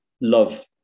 love